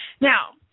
Now